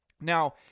Now